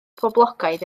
poblogaidd